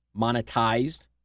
monetized